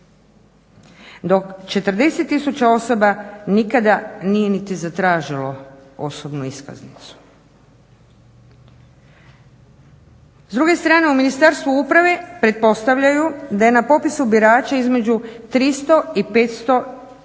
dok 40 tisuća osoba nikada nije niti zatražilo osobnu iskaznicu. S druge strane, u Ministarstvu uprave pretpostavljaju da je na popisu birača između 300 i 500 imena